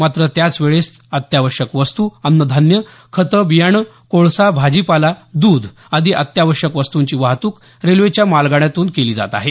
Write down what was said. मात्र त्याच वेळेस अत्यावश्यक वस्तू अन्नधान्य खते बियाणे कोळसा भाजीपाला द्ध आदी अत्यावश्यक वस्तूंची वाहतूक रेल्वेच्या मालगाड्यांतून केली जात आहे